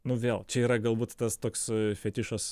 nu vėl čia yra galbūt tas toks fetišas